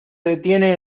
detiene